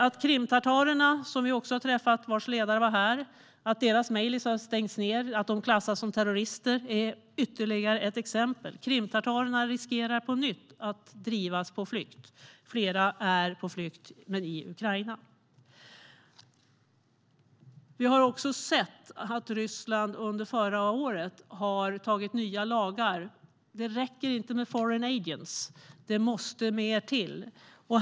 Att krimtatarerna, vars ledare var här, har fått sitt parlament mejlis stängt och att de klassas som terrorister är ytterligare ett exempel. Krimtatarerna riskerar på nytt att drivas på flykt. Flera är på flykt men i Ukraina. Vi har också sett att Ryssland under förra året antog nya lagar. Det räcker inte med foreign agents. Det måste mer till.